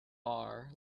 bar